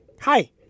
Hi